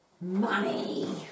Money